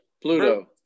Pluto